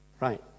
Right